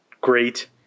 great